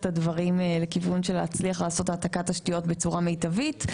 הדברים לכיוון של להצליח לעשות העתקת תשתיות בצורה מיטבית.